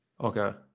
okay